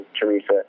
Teresa